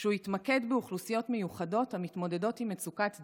שהוא יתמקד באוכלוסיות מיוחדות המתמודדות עם מצוקת דיור,